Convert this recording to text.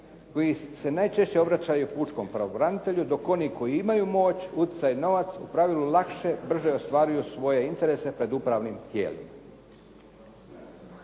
koji se najčešće obraćaju pučkom pravobranitelju, dok oni koji imaju moć, utjecaj i novac u pravilu lakše i brže ostvaruju svoje interese pred upravnim tijelima.